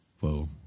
Whoa